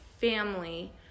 family